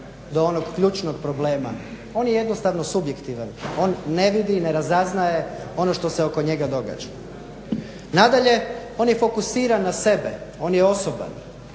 do onog ključnog problema. On je jednostavno subjektivan. On ne vidi i ne razaznaje ono što se oko njega događa. Nadalje on je fokusiran na sebe, on je osoban.